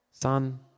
Son